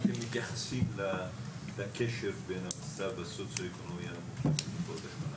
אתם מתייחסים לקשר בין המצב הסוציו אקונומי הנמוך ל ---?